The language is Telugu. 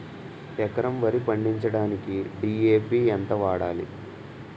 ఎకరం వరి పండించటానికి డి.ఎ.పి ఎంత వాడాలి?